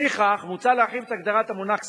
לפיכך, מוצע להרחיב את הגדרת המונח "כספים"